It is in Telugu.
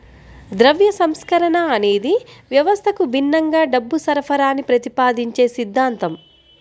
ద్రవ్య సంస్కరణ అనేది వ్యవస్థకు భిన్నంగా డబ్బు సరఫరాని ప్రతిపాదించే సిద్ధాంతం